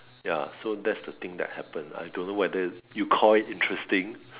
ya so that's the thing that happened I don't know whether you call it interesting